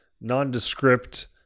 nondescript